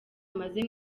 amaze